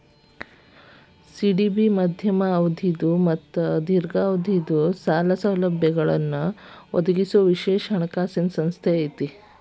CDB ಮಧ್ಯಮ ಅವಧಿದ್ ಮತ್ತ ದೇರ್ಘಾವಧಿದ್ ಸಾಲ ಸೌಲಭ್ಯಗಳನ್ನ ಒದಗಿಸೊ ವಿಶೇಷ ಹಣಕಾಸಿನ್ ಸಂಸ್ಥೆ ಐತಿ